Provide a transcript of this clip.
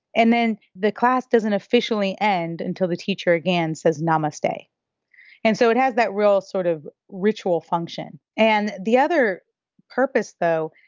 and then the class doesn't officially end until the teacher again says namaste. and so it has that real sort of ritual function and the other purpose, though,